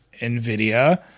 NVIDIA